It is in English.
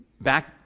back